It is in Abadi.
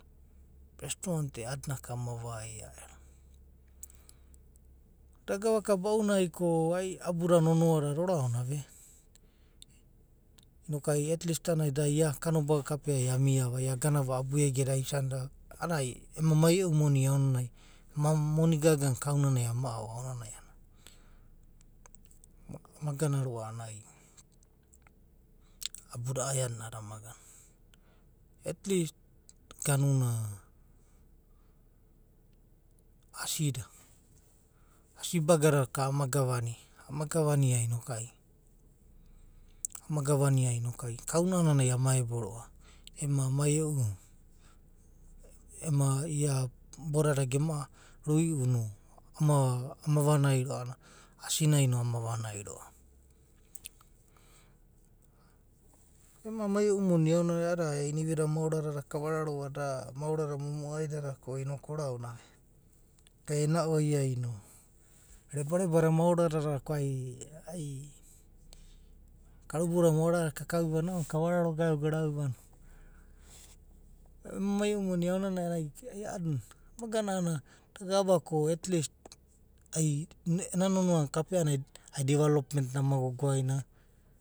Restaurant e a’dinaka. ama vaia. Da gavaka bau nai ko ai abuda nonoadada oraonave inoku at least a’anana daiakanobaga kaperai aniano, ai aganva abu ega da aisandava. a’adada ai ema mai e’u moni aonanai, nana moni gaga na kauna nai ama ao, aonanai ana gana. At least ganuna, asida, asi baga naka ama gava nia, ama gava nia noku, ama gava nia inoku ai kau na’ananai ama ebo roa, ema mai e’u, ema ia bodada gemoa vearui’u, ama vanai roa a’anana asi nai no ama vanai roa. Ema mai e’u moni a’ananai. I’idada iniuida mauri dada kava rrarodava, da moara da momoaidada ko ai karu bouda maora dada ka kaurida va ounanai kavararodava garau garau va no. Ema mai e’u moni aonanai a’anana ai a’adina, ama gana a’anana ai da gava ko at least ai eno nonoa na kapea a’nana ai development na ama gogo aina.